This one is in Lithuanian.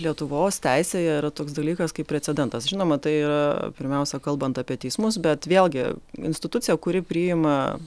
lietuvos teisėje yra toks dalykas kaip precedentas žinoma tai yra pirmiausia kalbant apie teismus bet vėlgi institucija kuri priima